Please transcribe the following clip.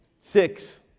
six